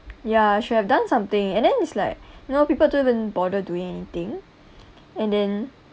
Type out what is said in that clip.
ya should have done something and then it's like you know people don't even bother doing anything and then